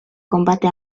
combate